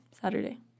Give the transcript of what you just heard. Saturday